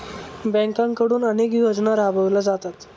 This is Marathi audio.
बँकांकडून अनेक योजना राबवल्या जातात